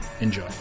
Enjoy